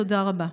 תודה רבה.